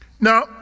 Now